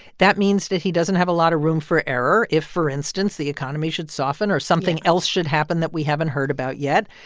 that means that he doesn't have a lot of room for error, if for instance the economy should soften or something else should happen that we haven't heard about yet.